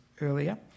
earlier